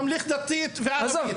ממלכתי-דתי וערבית.